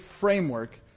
framework